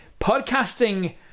podcasting